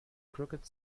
crooked